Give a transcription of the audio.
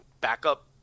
backup